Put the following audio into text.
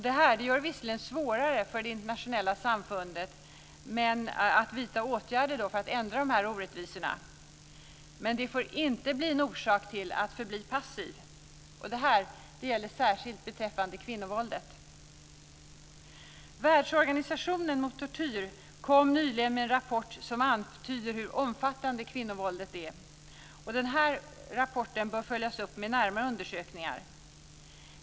Detta gör det visserligen svårare för det internationella samfundet att vidta åtgärder för att ändra dessa orättvisor, men det får inte bli en orsak till att förbli passiv. Och detta gäller särskilt beträffande kvinnovåldet. Världsorganisationen mot tortyr kom nyligen med en rapport som antyder hur omfattande kvinnovåldet är, och denna rapport bör följas upp med närmare undersökningar.